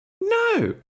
no